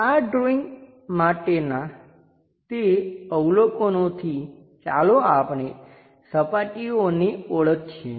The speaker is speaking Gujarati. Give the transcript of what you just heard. આ ડ્રૉઈંગ માટેના તે અવલોકનોથી ચાલો આપણે સપાટીઓને ઓળખીએ